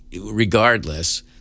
regardless